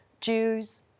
Jews